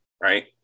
right